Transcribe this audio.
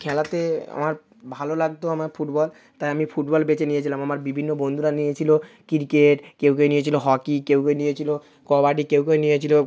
খেলাতে আমার ভালো লাগতো আমার ফুটবল তাই আমি ফুটবল বেছে নিয়েছিলাম আমার বিভিন্ন বন্ধুরা নিয়েছিল ক্রিকেট কেউ কেউ নিয়েছিল হকি কেউ কেউ নিয়েছিল কবাডি কেউ কেউ নিয়েছিল